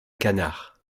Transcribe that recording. canard